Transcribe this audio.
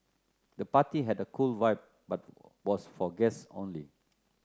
the party had a cool vibe but was for guests only